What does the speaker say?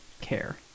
care